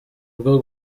bwo